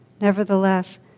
Nevertheless